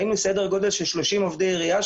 היינו סדר גודל של 30 עובדי עירייה,